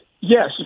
Yes